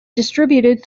distributed